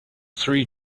three